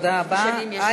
תודה רבה.